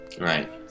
right